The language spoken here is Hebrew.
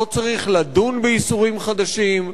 לא צריך לדון באיסורים חדשים,